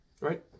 right